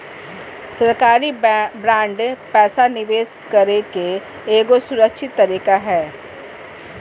सरकारी बांड पैसा निवेश करे के एगो सुरक्षित तरीका हय